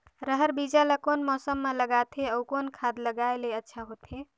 रहर बीजा ला कौन मौसम मे लगाथे अउ कौन खाद लगायेले अच्छा होथे?